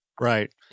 Right